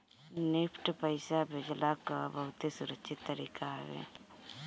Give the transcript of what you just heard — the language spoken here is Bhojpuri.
निफ्ट पईसा भेजला कअ बहुते सुरक्षित तरीका हवे